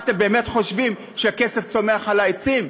מה, אתם באמת חושבים שהכסף צומח על העצים?